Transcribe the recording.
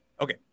Okay